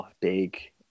Big